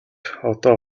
одоо